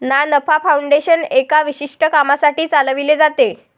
ना नफा फाउंडेशन एका विशिष्ट कामासाठी चालविले जाते